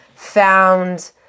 found